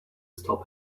stop